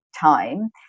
time